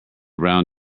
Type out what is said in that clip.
brown